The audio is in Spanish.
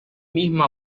mismo